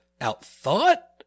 Out-thought